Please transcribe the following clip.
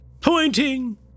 Pointing